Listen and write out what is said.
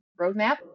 roadmap